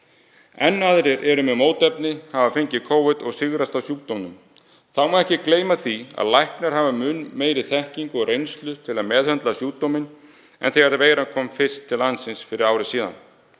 enn aðrir eru með mótefni, hafa fengið Covid og sigrast á sjúkdómum. Þá má ekki gleyma því að læknar hafa mun meiri þekkingu og reynslu til að meðhöndla sjúkdóminn en þegar veiran kom fyrst til landsins fyrir ári.